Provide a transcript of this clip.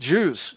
Jews